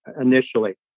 initially